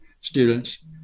students